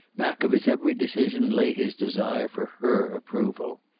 back of his every decision lay his desire for her approval.